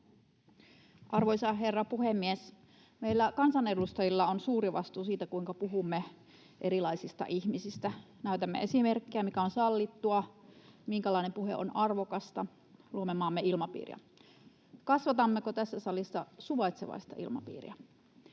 Arvoisa herra puhemies! Meillä kansanedustajilla on suuri vastuu siitä, kuinka puhumme erilaisista ihmisistä. Näytämme esimerkkiä, mikä on sallittua, minkälainen puhe on arvokasta. Luomme maamme ilmapiiriä. Kasvatammeko tässä salissa suvaitsevaista ilmapiiriä?